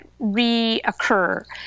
reoccur